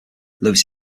lewis